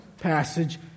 passage